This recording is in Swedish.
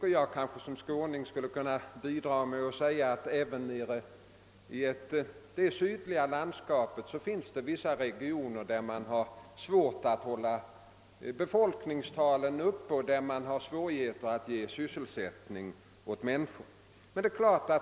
Som skåning kanske jag skulle kunna bidra med att säga att det även i det sydligaste landskapet finns vissa regioner där man har svårt att hålla befolkningstalen uppe och där man har svårigheter att ge sysselsättning åt människor.